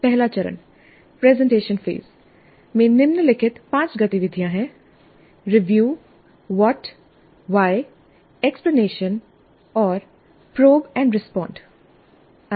पहला चरण presentation phase में निम्नलिखित पांच गतिविधियां हैं रिव्यू व्हाट व्हाय एक्सप्लेनेशन और प्रोब और रेस्पॉन्ड probe respond